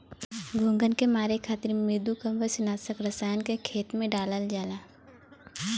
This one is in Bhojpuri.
घोंघन के मारे खातिर मृदुकवच नाशक रसायन के खेत में डालल जाला